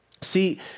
See